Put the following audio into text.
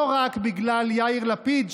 לא רק בגלל יאיר לפיד,